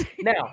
now